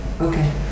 Okay